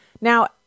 Now